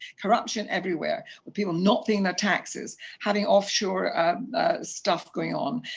corruption everywhere, with people not paying their taxes, having offshore stuff going on,